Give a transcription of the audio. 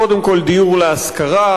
קודם כול דיור להשכרה,